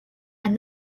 and